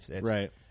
Right